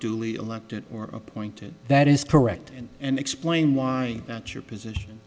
duly elected or appointed that is correct and explain why that your position